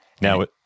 Now